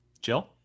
Jill